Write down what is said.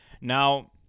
Now